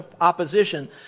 opposition